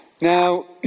now